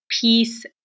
peace